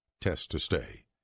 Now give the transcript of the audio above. test-to-stay